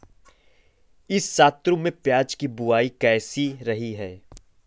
इस ऋतु में प्याज की बुआई कैसी रही है?